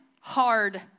hard